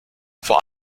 vor